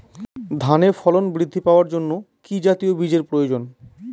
ধানে ফলন বৃদ্ধি পাওয়ার জন্য কি জাতীয় বীজের প্রয়োজন?